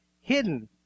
hidden